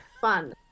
fun